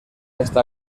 esta